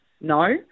no